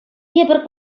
тепӗр